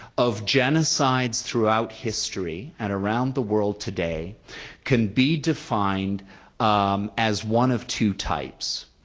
of genocides throughout history and around the world today can be defined um as one of two types.